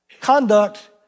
conduct